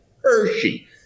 Hershey